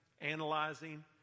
analyzing